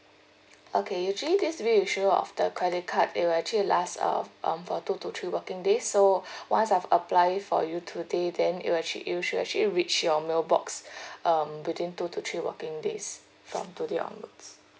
okay usually this reissue of the credit card it will actually last of um for two to three working days so once I've apply for you today then it will actually it should actually reach your mail box um within two to three working days from today onwards